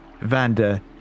Vanda